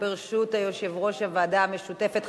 ברשות יושב-ראש הוועדה המשותפת,